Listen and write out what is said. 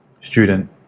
student